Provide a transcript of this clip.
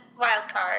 Wildcard